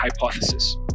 hypothesis